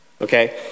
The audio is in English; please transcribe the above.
okay